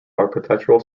architectural